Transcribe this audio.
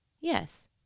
Yes